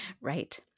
Right